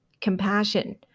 compassion